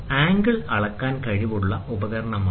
angle അളക്കാൻ കഴിവുള്ള ഉപകരണമാണിത്